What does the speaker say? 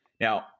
Now